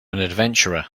adventurer